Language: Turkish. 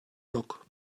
yok